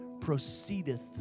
Proceedeth